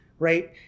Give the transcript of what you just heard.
right